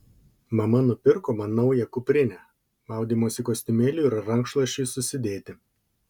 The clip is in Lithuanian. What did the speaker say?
mama nupirko man naują kuprinę maudymosi kostiumėliui ir rankšluosčiui susidėti